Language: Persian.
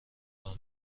کار